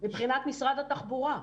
מבחינת משרד התחבורה?